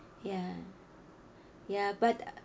ya ya but